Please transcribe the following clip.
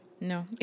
no